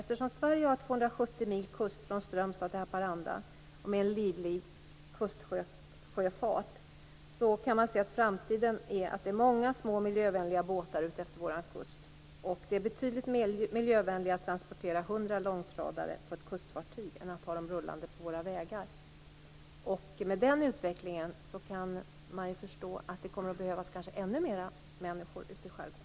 Eftersom Sverige har 270 mil kust från Strömstrand till Haparanda med en livlig kustsjöfart, kan man i framtiden se många små miljövänliga båtar utefter vår kust. Det är betydligt miljövänligare att transportera 100 långtradare på ett kustfartyg än att ha dem rullande på våra vägar. Med den utvecklingen kan man förstå att det kommer att behövas kanske ännu flera människor ute i skärgården.